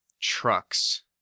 trucks